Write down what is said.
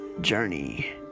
journey